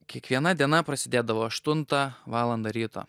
kiekviena diena prasidėdavo aštuntą valandą ryto